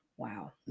Wow